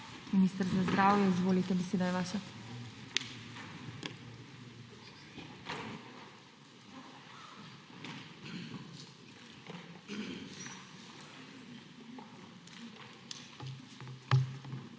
minister za zdravje, izvolite, beseda je vaša.